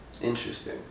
Interesting